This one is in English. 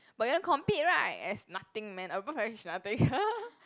but you wanna compete right that's nothing man above average is nothing